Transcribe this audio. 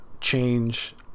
change